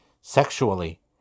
sexually